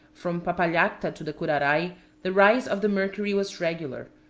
from papallacta to the curaray the rise of the mercury was regular,